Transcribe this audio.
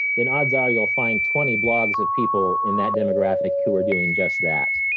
then odds are you'll find twenty blogs of people in that demographic who are doing just that.